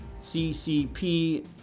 CCP